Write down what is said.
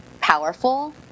powerful